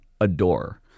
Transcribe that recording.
adore